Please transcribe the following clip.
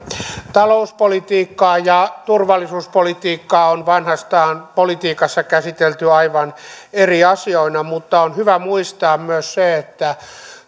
talouspolitiikkaa ja turvallisuuspolitiikkaa on vanhastaan politiikassa käsitelty aivan eri asioina mutta on hyvä muistaa myös se että